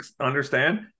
understand